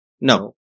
No